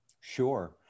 Sure